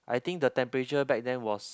I think the temperature back then was